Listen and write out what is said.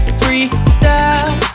freestyle